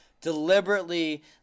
deliberately